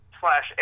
slash